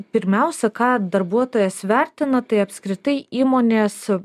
pirmiausia ką darbuotojas vertina tai apskritai įmonės